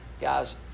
guys